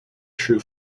true